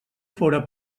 fóra